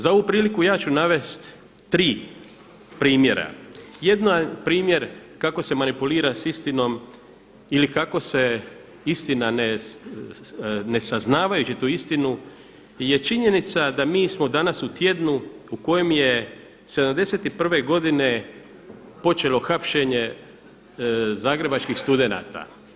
Za ovu priliku ja ću navesti 3 primjera, jedan primjer kako se manipulira s istinom ili kako se istina nesaznavajući tu istinu je činjenica da mi smo danas u tjednu u kojem je 71. godine počelo hapšenje zagrebačkih studenata.